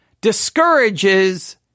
discourages